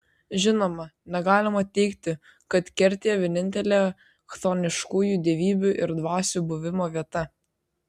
žinoma negalima teigti kad kertė vienintelė chtoniškųjų dievybių ir dvasių buvimo vieta